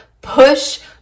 push